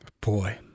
Boy